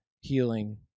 healing